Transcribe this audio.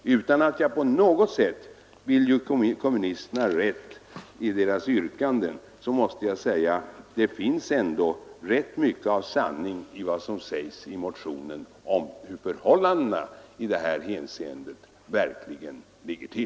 Utan att jag på något sätt vill ge kommunisterna rätt i deras yrkanden måste jag säga att det finns ändå rätt mycket av sanning i vad som sägs i motionen om hurdana förhållandena i detta hänseende verkligen gestaltar sig.